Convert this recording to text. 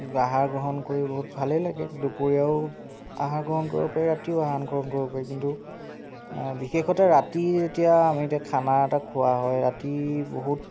আহাৰ গ্ৰহণ কৰি বহুত ভালেই লাগে দূপৰীয়াও আহাৰ গ্ৰহণ কৰিব পাৰি ৰাতিও আহাৰ গ্ৰহণ কৰিব পাৰি কিন্তু বিশেষতে ৰাতি যেতিয়া খানা এটা খোৱা হয় ৰাতি বহুত